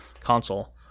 console